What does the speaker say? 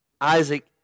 Isaac